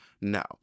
No